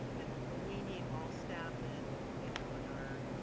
and when we need all staff and you know and our